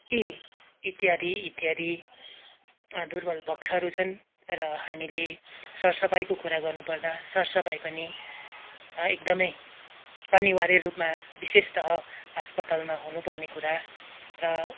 यी इत्यादि इत्यादि दुर्बल पक्षहरू छन् र हामीले सरसफाइको कुरा गर्नुपर्दा सरसफाइ पनि एकदमै अनिवार्य रूपमा विशेषतः अस्पतालमा हुनुपर्ने कुरा र